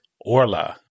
Orla